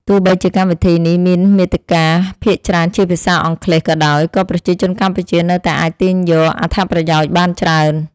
ទោះបីជាកម្មវិធីនេះមានមាតិកាភាគច្រើនជាភាសាអង់គ្លេសក៏ដោយក៏ប្រជាជនកម្ពុជានៅតែអាចទាញយកអត្ថប្រយោជន៍បានច្រើន។